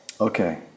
Okay